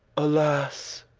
alas!